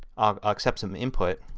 um i'll set some input,